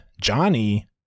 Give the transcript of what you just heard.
johnny